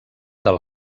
del